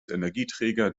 energieträger